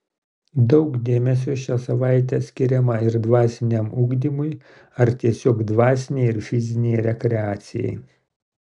daug dėmesio šią savaitę skiriama ir dvasiniam ugdymui ar tiesiog dvasinei ir fizinei rekreacijai